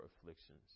afflictions